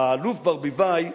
האלוף ברביבאי,